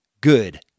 good